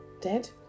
dead